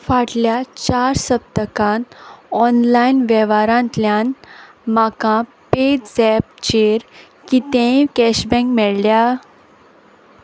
फाटल्या चार सप्तकांत ऑनलायन वेव्हारांतल्यान म्हाका पेझॅपचेर कितेंय कॅश बॅक मेळ्ळ्या